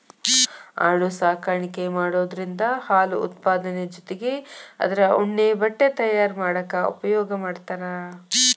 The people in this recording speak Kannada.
ಆಡು ಸಾಕಾಣಿಕೆ ಮಾಡೋದ್ರಿಂದ ಹಾಲು ಉತ್ಪಾದನೆ ಜೊತಿಗೆ ಅದ್ರ ಉಣ್ಣೆ ಬಟ್ಟೆ ತಯಾರ್ ಮಾಡಾಕ ಉಪಯೋಗ ಮಾಡ್ತಾರ